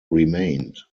remained